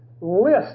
list